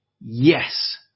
Yes